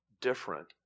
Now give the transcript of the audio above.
different